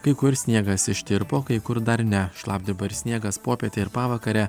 kai kur sniegas ištirpo o kai kur dar ne šlapdriba ir sniegas popietę ir pavakarę